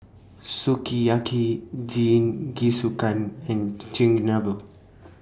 Sukiyaki Jingisukan and Chigenabe